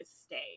stay